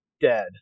dead